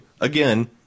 Again